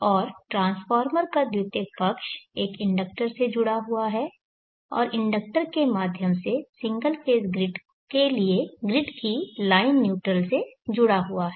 और ट्रांसफार्मर का द्वितीयक पक्ष एक इंडक्टर से जुड़ा हुआ है और इंडक्टर के माध्यम से सिंगल फेज़ ग्रिड के लिए ग्रिड की लाइन न्यूट्रल से जुड़ा हुआ है